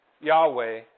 Yahweh